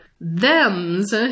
thems